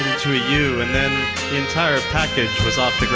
through you and then the entire package was off